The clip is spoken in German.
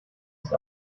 ist